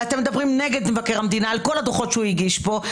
אתם מדברים נגד מבקר המדינה על כל הדוחות שהוא הגיש פה.